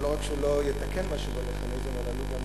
שלא רק שהוא לא יתקן משהו במכניזם אלא הוא עלול